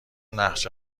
نقش